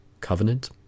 Covenant